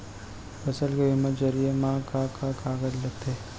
फसल के बीमा जरिए मा का का कागज लगथे?